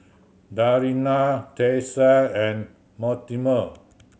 Dariana Tyesha and Mortimer